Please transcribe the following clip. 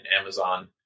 Amazon